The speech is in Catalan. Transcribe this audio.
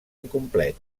incomplet